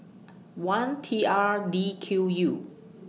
one T R D Q U